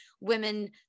women